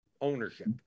ownership